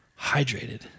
hydrated